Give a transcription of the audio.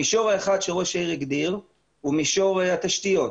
המישור האחד שראש העיר הגדיר הוא מישור התשתיות.